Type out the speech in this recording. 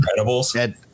Incredibles